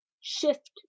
shift